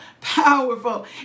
powerful